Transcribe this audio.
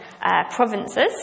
provinces